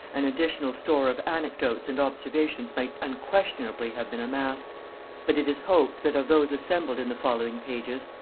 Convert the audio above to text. an additional store of anecdotes and observations might unquestionably have been amassed but it is hoped that of those assembled in the following pages,